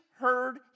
heard